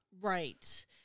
Right